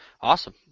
awesome